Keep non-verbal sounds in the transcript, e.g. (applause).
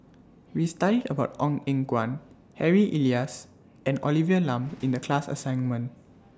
We studied about Ong Eng Guan Harry Elias and Olivia Lum (noise) in The class assignment